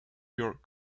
york